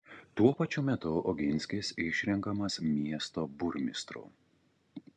tuo pačiu metu oginskis išrenkamas miesto burmistru